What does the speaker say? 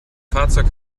fahrzeug